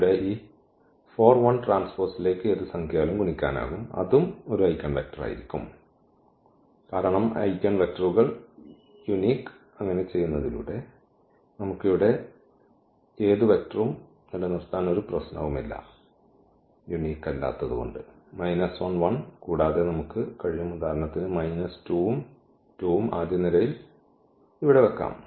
ഇവിടെ ഈ ലേക്ക് ഏത് സംഖ്യയാലും ഗുണിക്കാനാകും അതും ഒരു ഐഗൻവെക്റ്റർ ആയിരിക്കും കാരണം ഐഗൻവെക്റ്ററുകൾ യൂണിക് അങ്ങനെ ചെയ്യുന്നതിലൂടെ നമുക്ക് ഇവിടെ ഏതു വെക്റ്ററും നിലനിർത്താൻ ഒരു പ്രശ്നവുമില്ല 1 1 കൂടാതെ നമുക്ക് കഴിയും ഉദാഹരണത്തിന് 2 ഉം 2 ഉം ആദ്യ നിരയിൽ ഇവിടെ വയ്ക്കുക